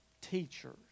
teachers